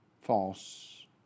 false